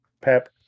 Pep